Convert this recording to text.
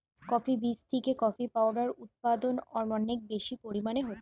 coffee বীজ থিকে coffee powder উদপাদন অনেক বেশি পরিমাণে হচ্ছে